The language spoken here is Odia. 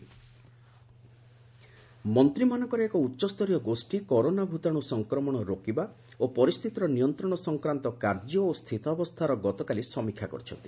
କିଓଏମ୍ କରୋନା ଭାଇରସ ମନ୍ତ୍ରୀମାନଙ୍କର ଏକ ଉଚ୍ଚସ୍ତରୀୟ ଗୋଷୀ କରୋନା ଭୂତାଣୁ ସଂକ୍ରମଣ ରୋକିବା ଓ ପରିସ୍ଥିତିର ନିୟନ୍ତ୍ରଣ ସଂକ୍ରାନ୍ତ କାର୍ଯ୍ୟ ଓ ସ୍ଥିତାବସ୍ଥାର ଗତକାଲି ସମୀକ୍ଷା କରିଛନ୍ତି